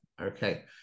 Okay